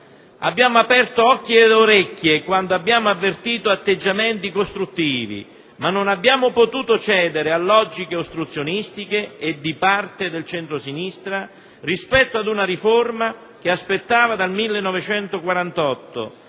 Abbiamo aperto occhi ed orecchi quando abbiamo avvertito atteggiamenti costruttivi, ma non abbiamo potuto cedere a logiche ostruzionistiche e di parte del centro-sinistra, rispetto ad una riforma che si aspettava dal 1948,